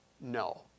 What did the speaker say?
no